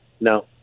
no